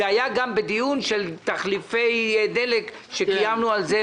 זה היה גם בדיון של תחליפי דלק שקיימנו על זה,